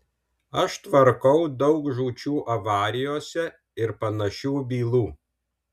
aš tvarkau daug žūčių avarijose ir panašių bylų